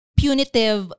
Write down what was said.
punitive